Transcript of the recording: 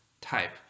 type